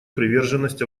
приверженность